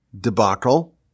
debacle